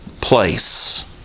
place